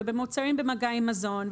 במוצרים שבמגע עם מזון.